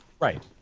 Right